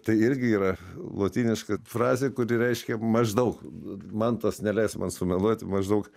tai irgi yra lotyniška frazė kuri reiškia maždaug mantas neleis man sumeluoti maždaug